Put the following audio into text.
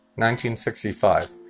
1965